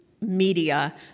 media